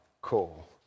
call